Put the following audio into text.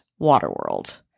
Waterworld